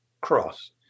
cross